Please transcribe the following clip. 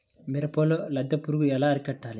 మిరపలో లద్దె పురుగు ఎలా అరికట్టాలి?